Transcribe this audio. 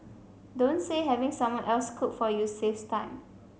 don't say having someone else cook for you saves time